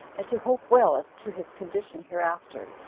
and to hope well as to his condition hereafter,